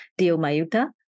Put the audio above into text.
Diomayuta